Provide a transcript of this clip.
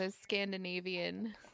Scandinavian